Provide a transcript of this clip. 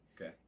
Okay